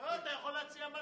אתה יכול להציע מה